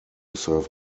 serve